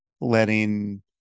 letting